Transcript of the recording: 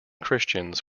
christians